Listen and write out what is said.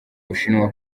bushinwa